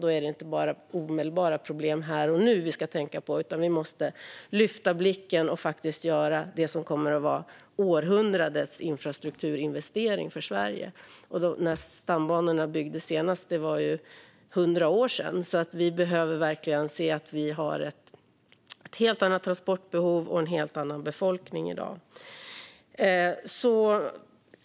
Då är det inte bara omedelbara problem här och nu vi ska tänka på, utan vi måste lyfta blicken och göra det som kommer att vara århundradets infrastrukturinvestering för Sverige. När stambanor byggdes senast var hundra år sedan, så vi behöver verkligen se att vi har ett helt annat transportbehov och en helt annan befolkning i dag.